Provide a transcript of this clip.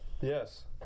Yes